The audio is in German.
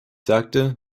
sagte